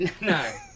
No